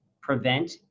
prevent